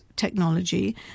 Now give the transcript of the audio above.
technology